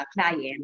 client